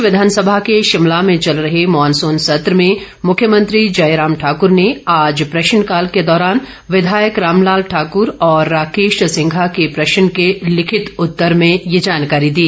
प्रदेश विधानसभा के शिमला में चल रहे मॉनसुन सत्र में मुख्यमंत्री जयराम ठाकर ने आज प्रश्नकाल के दौरान विधायक रामलाल ठाकर और राकेश सिंघा के प्रश्न के लिखित उत्तर में ये जानकारी दी